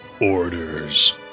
Orders